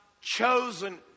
chosen